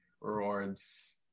rewards